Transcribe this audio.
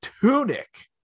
Tunic